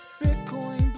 Bitcoin